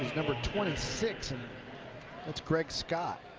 number twenty six, and that's greg scott.